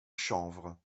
chanvre